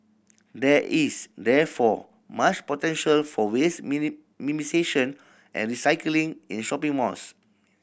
there is therefore much potential for waste minimisation and recycling in shopping malls